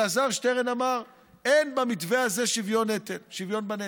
אלעזר שטרן אמר: אין במתווה הזה שוויון בנטל,